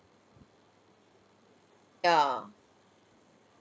ya